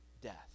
death